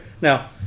Now